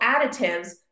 additives